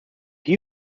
hier